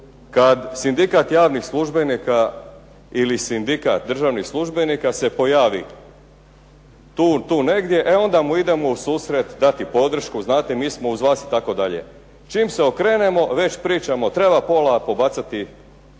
kad Sindikat javnih službenika ili Sindikat državnih službenika se pojavi tu negdje, e onda mu idemo u susret, dati podršku, znate mi smo uz vas itd. Čim se okrenemo, već pričamo treba pola pobacati na